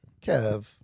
Kev